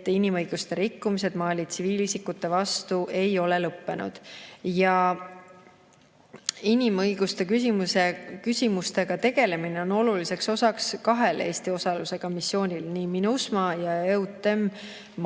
et inimõiguste rikkumised Mali tsiviilisikute vastu ei ole lõppenud. Inimõiguste küsimustega tegelemine on oluliseks osaks kahel Eesti osalusega missioonil, nii MINUSMA kui ka EUTM